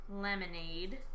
lemonade